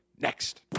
Next